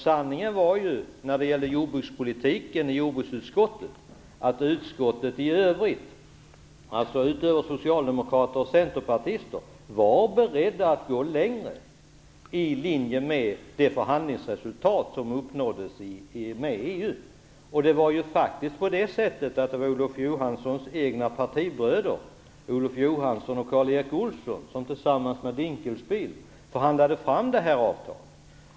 Sanningen när det gäller jordbrukspolitiken är att partierna i jordbruksutskottet, förutom Socialdemokraterna och Centerpartiet, var beredda att gå längre i linje med det förhandlingsresultat som uppnåddes i och med EU. Det var faktiskt Olof Johansson och Karl Erik Olsson som tillsammans med Ulf Dinkelspiel förhandlade fram detta avtal.